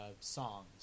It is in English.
songs